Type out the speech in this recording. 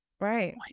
right